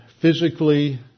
physically